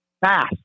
fast